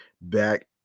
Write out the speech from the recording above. back